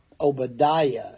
Obadiah